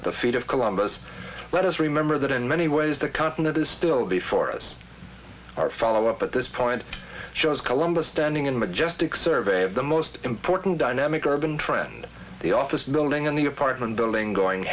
at the feet of columbus let us remember that in many ways the continent is still before us our follow up at this point shows columbus standing in the majestic survey of the most important dynamic urban trend the office building in the apartment building going